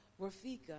Rafika